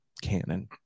canon